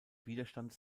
widerstandes